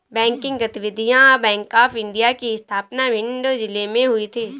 banking गतिविधियां bank of India की स्थापना भिंड जिले में हुई थी